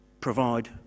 provide